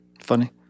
funny